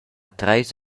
treis